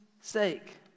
sake